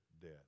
death